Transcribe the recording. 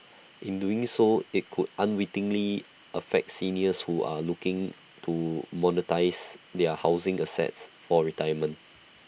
in doing so IT could unwittingly affect seniors who are looking to monetise their housing assets for retirement